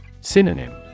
Synonym